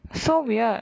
so weird